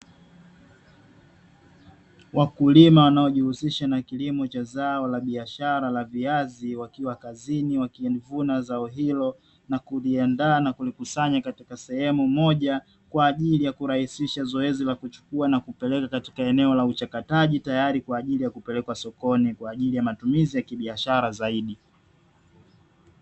Wakulima wanaojihusisha na kilimo cha zao la biashara la viazi wakiwa kazini, wakivuna zao hilo na kuliandaa na kulikusanya katika sehemu moja kwa ajili ya kurahisisha zoezi la kuchukua na kupeleka katika eneo la uchakataji, tayari kwa ajili ya kupelekwa sokoni kwa ajili ya matumizi ya kibiashara zaidi.